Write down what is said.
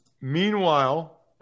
Meanwhile